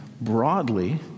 broadly